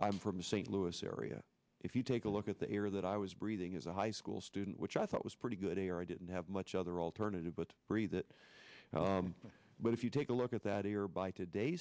i'm from st louis area if you take a look at the air that i was breathing as a high school student which i thought was pretty good air i didn't have much other alternative but to breathe it but if you take a look at that air by today's